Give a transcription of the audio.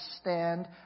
stand